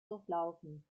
durchlaufen